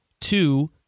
Two